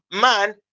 man